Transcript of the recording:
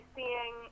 seeing